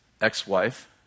ex-wife